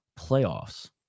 playoffs